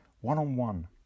one-on-one